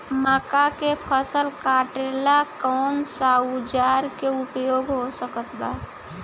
मक्का के फसल कटेला कौन सा औजार के उपयोग हो सकत बा?